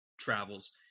travels